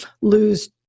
lose